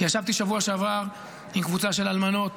כי ישבתי בשבוע שעבר עם קבוצה של אלמנות